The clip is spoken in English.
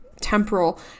temporal